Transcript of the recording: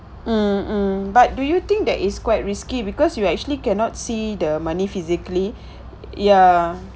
mmhmm but do you think that is quite risky because you actually cannot see the money physically ya